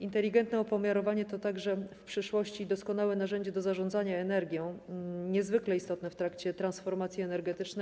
Inteligentne opomiarowanie to także w przyszłości doskonałe narzędzie do zarządzania energią, niezwykle istotne w trakcie transformacji energetycznej.